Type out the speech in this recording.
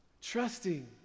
Trusting